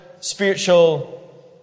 spiritual